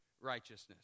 righteousness